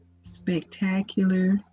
spectacular